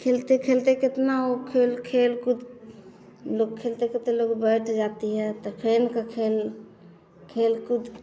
फिर खेलते खेलते कितना वो खेल खेल कूद लोग खेलते खेलते लोग बैठ जाती हैं तो खेल को खेल खेल कूद